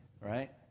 right